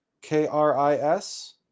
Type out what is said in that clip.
K-R-I-S